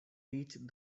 reached